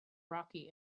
rocky